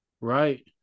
Right